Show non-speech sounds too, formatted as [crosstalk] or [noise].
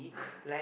[laughs]